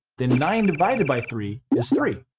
then nine divided by three is three.